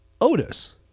Otis